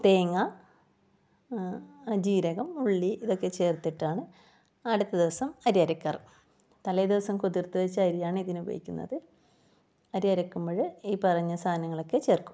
തേങ്ങ ജീരകം ഉള്ളി ഇതൊക്കെ ചേർത്തിട്ടാണ് അടുത്ത ദിവസം അരി അരയ്ക്കാറ് തലേദിവസം കുതിർത്ത് വെച്ച അരിയാണ് ഇതിന് ഉപയോഗിക്കുന്നത് അരി അരയ്ക്കുമ്പോൾ ഈ പറഞ്ഞ സാധാനങ്ങളൊക്കെ ചേർക്കും